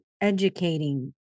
educating